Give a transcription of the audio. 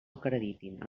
acreditin